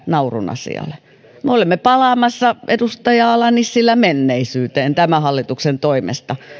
naurun asia ole me olemme palaamassa edustaja ala nissilä menneisyyteen tämän hallituksen toimesta